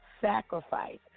sacrifice